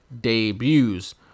debuts